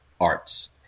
arts